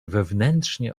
wewnętrznie